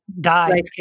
Die